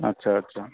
আচ্ছা আচ্ছা